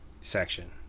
section